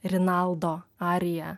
rinaldo ariją